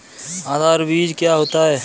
आधार बीज क्या होता है?